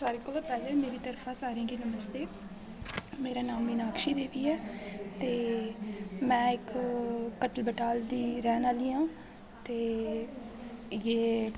सारे कोला पैह्ले मेरी तरफा सारें गी नमस्ते मेरा नांऽ मीनाक्षी देवी ऐ ते मैं इक पटल बटाल दी रैह्न आह्ली आं ते